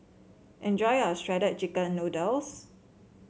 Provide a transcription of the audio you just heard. enjoy your Shredded Chicken Noodles